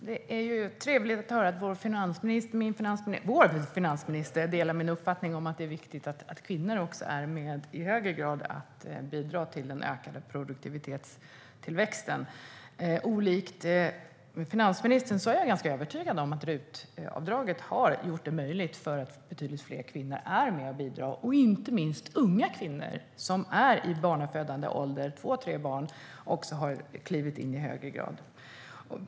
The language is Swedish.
Herr talman! Det är trevligt att höra att vår finansminister delar min uppfattning att det är viktigt att kvinnor är med och bidrar till den ökade produktivitetstillväxten i högre grad. Till skillnad från finansministern är jag ganska övertygad om att RUT-avdraget har gjort det möjligt för betydligt fler kvinnor att vara med och bidra. Inte minst unga kvinnor i barnafödande ålder med två tre barn har klivit in i högre grad.